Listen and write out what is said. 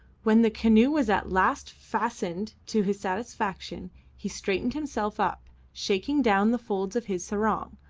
when the canoe was at last fastened to his satisfaction he straightened himself up, shaking down the folds of his sarong,